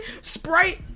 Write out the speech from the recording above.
sprite